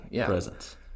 presence